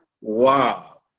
wow